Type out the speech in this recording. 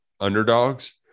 underdogs